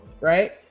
right